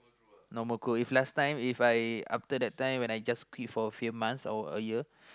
no more good if last time If I after that time when I just pee for a few months or a year